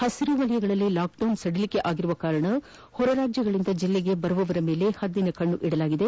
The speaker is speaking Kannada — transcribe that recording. ಪಸಿರು ವಲಯಗಳಲ್ಲಿ ಲಾಕ್ಡೌನ್ ಸಡಿಲಿಕೆ ಆಗಿರುವುದರಿಂದ ಹೊರ ರಾಜ್ಞಗಳಿಂದ ಜಲ್ಲೆಗೆ ಆಗಮಿಸುವವವರ ಮೇಲೆ ಹದ್ದಿನ ಕಣ್ಣಿಡಲಾಗಿದೆ